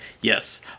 Yes